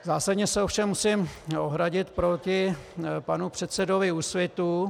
Zásadně se ovšem musím ohradit proti panu předsedovi Úsvitu.